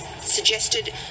suggested